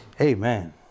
Amen